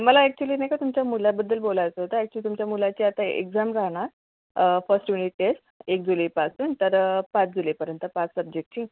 मला ॲक्चुली नाही का तुमच्या मुलाबद्दल बोलायचं होतं ॲक्चुली तुमच्या मुलाची आता एक्झाम राहणार फर्स्ट युनिट टेस्ट एक जुलैपासून तर पाच जुलैपर्यंत पाच सबजेक्टची